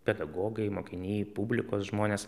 pedagogai mokiniai publikos žmonės